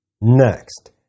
Next